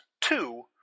two